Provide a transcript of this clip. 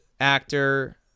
Actor